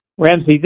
Ramsey